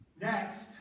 Next